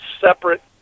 separate